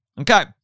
Okay